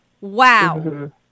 Wow